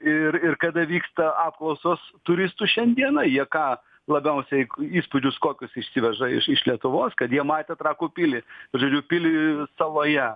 ir ir kada vyksta apklausos turistų šiandieną jie ką labiausiai įspūdžius kokius išsiveža iš iš lietuvos kad jie matė trakų pilį žodžiu pilį saloje